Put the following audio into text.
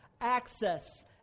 access